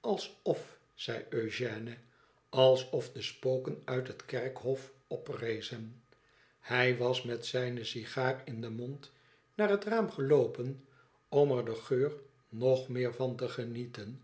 alsof zei eugène t alsof de spoken uit het kerkhof oprezen hij was met zijne sigaar in den mond naar het raam geloopen om er den geur nog meer van te genieten